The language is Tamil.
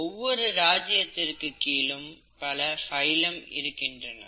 ஒவ்வொரு ராஜ்யத்திற்கு கீழும் பல பைலம் இருக்கின்றன